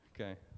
Okay